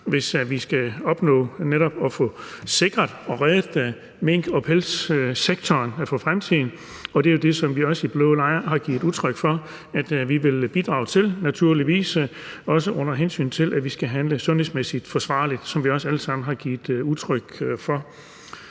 hvis vi netop skal opnå at få sikret og reddet mink- og pelssektoren i fremtiden, og det er også det, som vi i blå lejr har givet udtryk for vi vil bidrage til – naturligvis – og også gøre det, under hensyn til at vi skal handle sundhedsmæssigt forsvarligt, hvilket vi alle sammen også har givet udtryk for.